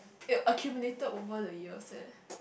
it accumulated over the year eh